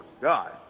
God